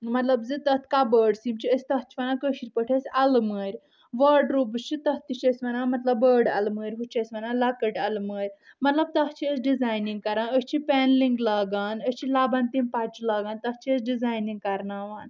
مطلب زِ تتھ کپٲڑٕس یِم چھِ أسۍ تتھ چھِ ونان کٲشر پٲٹھۍ أسۍ المٲرۍ واڑ روبٕس چھِ تتھ تہِ چھِ ونان مطلب بٔڑ المٲرۍ ہُتھ چھِ أسۍ ونان لکٕٹۍ المٲرۍ مطلب تتھ چھ أسۍ ڈزاینِنگ کران أسۍ چھِ پیٚنلنگ لاگان أسۍ چھِ لبن تِم پچہِ لاگان تتھ چھِ أسۍ ڈزینِنگ کرناوان